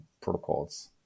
protocols